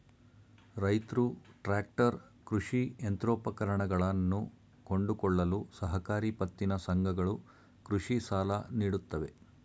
ರೈತ್ರು ಟ್ರ್ಯಾಕ್ಟರ್, ಕೃಷಿ ಯಂತ್ರೋಪಕರಣಗಳನ್ನು ಕೊಂಡುಕೊಳ್ಳಲು ಸಹಕಾರಿ ಪತ್ತಿನ ಸಂಘಗಳು ಕೃಷಿ ಸಾಲ ನೀಡುತ್ತವೆ